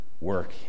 work